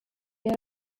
yari